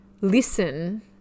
listen